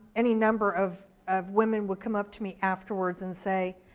any number of of women will come up to me afterwards and say,